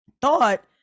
thought